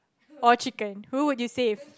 or chicken who would you save